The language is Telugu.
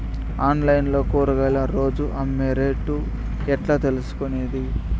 ఆన్లైన్ లో కూరగాయలు రోజు అమ్మే రేటు ఎట్లా తెలుసుకొనేది?